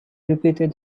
repeated